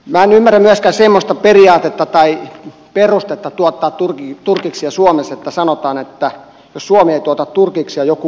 minä en ymmärrä myöskään semmoista periaatetta tai perustetta tuottaa turkiksia suomessa että sanotaan että jos suomi ei tuota turkiksia joku muu tuottaa niitä